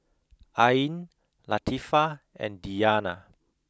Ain Latifa and Diyana